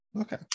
Okay